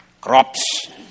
crops